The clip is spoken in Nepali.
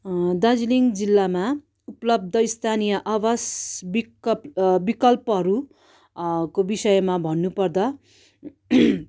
दार्जिलिङ जिल्लामा उपलब्ध स्थानीय आवास विकप विकल्पहरू को विषयमा भन्नु पर्दा